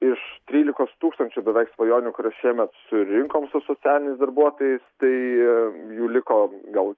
iš trylikos tūkstančių beveik svajonių kurias šiemet surinkom su socialiniais darbuotojais tai jų liko gal